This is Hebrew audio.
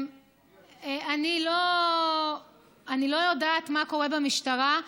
אני לא יודעת מה קורה במשטרה,